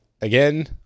again